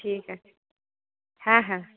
ঠিক আছে হ্যাঁ হ্যাঁ